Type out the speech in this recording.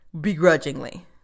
begrudgingly